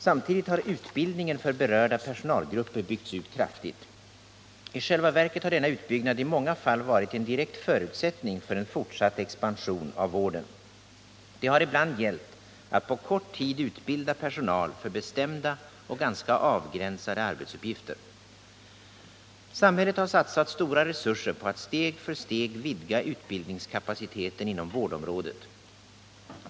Samtidigt har utbildningen för berörda personalgrupper byggts ut kraftigt. I själva verket har denna utbyggnad i många fall varit en direkt förutsättning för en fortsatt expansion av vården. Det har ibland gällt att på kort tid utbilda personal för bestämda och ganska avgränsade arbetsuppgifter. Samhället har satsat stora resurser på att steg för steg vidga utbildningskapaciteten inom vårdområdet.